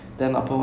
mm